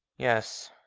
yes.